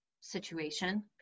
situation